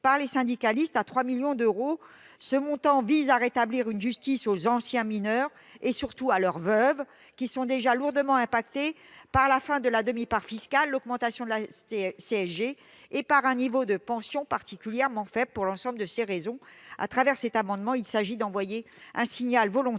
par les syndicalistes. Cette mesure vise à rétablir une justice envers les anciens mineurs et, surtout, envers leurs veuves, qui sont déjà lourdement affectées par la fin de la demi-part fiscale, l'augmentation de la CSG et par un niveau de pension particulièrement faible. Pour l'ensemble de ces raisons, à travers cet amendement, il s'agit d'envoyer un signal volontaire,